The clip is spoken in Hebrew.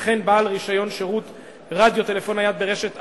וכן בעל רשיון שירות רדיו טלפון נייד ברשת אחרת,